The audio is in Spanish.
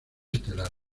estelar